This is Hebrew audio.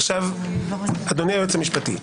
--- אדוני היועץ המשפטי,